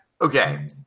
okay